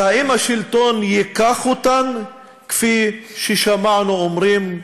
/ האם השלטון ייקח אותן / כפי ששמענו אומרים?